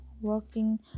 working